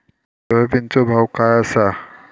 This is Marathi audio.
सोयाबीनचो भाव काय आसा?